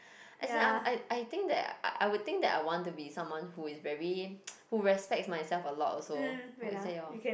as in I'm I I think that I would think that I want to be someone who is is very who respects myself a lot also is that your